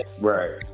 right